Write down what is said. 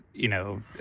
you know,